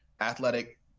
Athletic